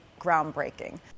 groundbreaking